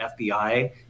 FBI